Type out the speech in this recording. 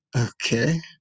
Okay